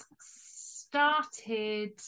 started